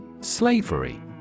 Slavery